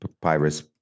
Papyrus